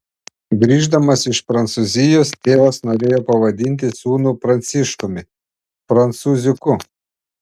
grįždamas iš prancūzijos tėvas norėjo pavadinti sūnų pranciškumi prancūziuku